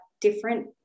different